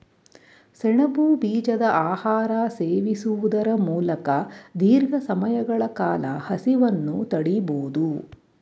ಸೆಣಬು ಬೀಜದ ಆಹಾರ ಸೇವಿಸುವುದರ ಮೂಲಕ ದೀರ್ಘ ಸಮಯಗಳ ಕಾಲ ಹಸಿವನ್ನು ತಡಿಬೋದು